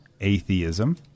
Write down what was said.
atheism